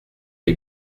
les